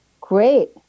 Great